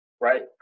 right